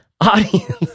Audience